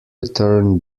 return